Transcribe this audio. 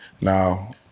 Now